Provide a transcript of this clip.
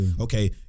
okay